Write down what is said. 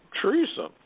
treason